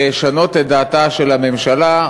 לשנות את דעתה של הממשלה,